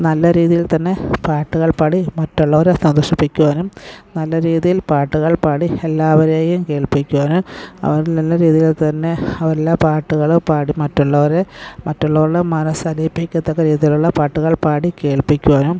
നല്ല രീതിയിൽ തന്നെ പാട്ടുകൾ പാടി മറ്റുള്ളവരെ സന്തോഷിപ്പിക്കുവാനും നല്ല രീതിയിൽ പാട്ടുകൾ പാടി എല്ലാവരെയും കേൾപ്പിക്കുവാനും അവർ നല്ല രീതിയിൽ തന്നെ അവരെല്ലാ പാട്ടുകളും പാടി മറ്റുള്ളവരെ മറ്റുള്ളവരുടെ മനസ്സ് അലിയിപ്പിക്കത്തക്ക രീതിയിലുള്ള പാട്ടുകൾ പാടി കേൾപ്പിക്കുവാനും